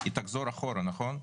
היא תחזור אחורה, נכון?